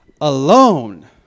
alone